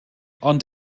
ond